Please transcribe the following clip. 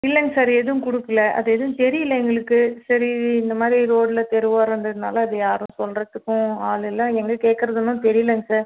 இல்லைங்க சார் எதுவும் கொடுக்கல அது எதுவும் தெரியிலை எங்களுக்கு சரி இந்தமாதிரி ரோடில் தெரு ஓரம் இருந்ததினால அது யாரும் சொல்லுறதுக்கும் ஆளில்லை எங்கே கேட்கறதுன்னும் தெரியிலைங்க சார்